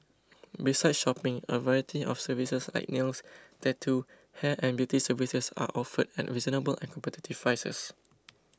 besides shopping a variety of services like nails tattoo hair and beauty services are offered at reasonable and competitive prices